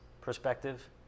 perspective